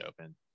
open